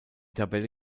tabelle